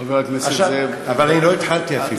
חבר הכנסת זאב, אבל אני לא התחלתי אפילו.